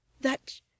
that